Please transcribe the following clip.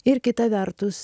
ir kita vertus